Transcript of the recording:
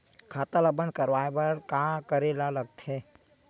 खाता ला बंद करवाय बार का करे ला लगथे?